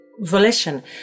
volition